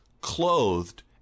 clothed